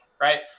right